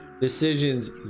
decisions